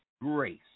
grace